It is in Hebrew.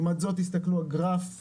לעומת זאת תסתכלו על הגרף האדום,